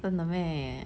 真的 meh